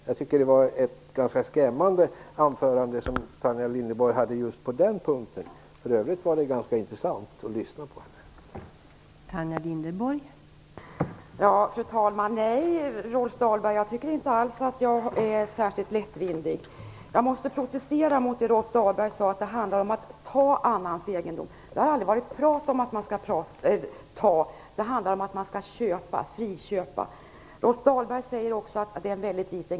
Jag tycker att Tanja Lindeborgs anförande var ganska skrämmande just på den punkten - i övrigt var det intressant att lyssna på henne.